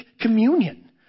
communion